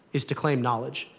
is to claim knowledge,